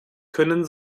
können